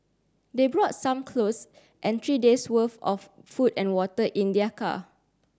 they brought some clothes and three days worth of food and water in their car